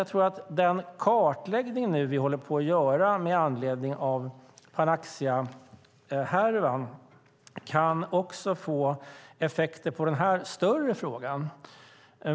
Jag tror att den kartläggning som vi nu håller på att göra med anledning av Panaxiahärvan kan få effekter på den här större frågan.